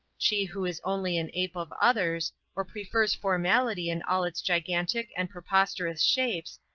she who is only an ape of others, or prefers formality in all its gigantic and preposterous shapes,